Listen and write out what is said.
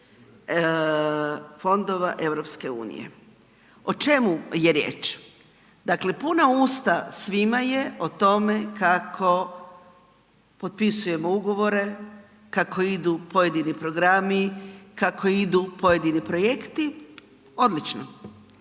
fondova EU. O čemu je riječ? Dakle, puna usta svima je o tome kako potpisujemo ugovore, kako idu pojedini programi, kako idu pojedini projekti. Odlično.